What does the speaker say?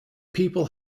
people